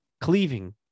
cleaving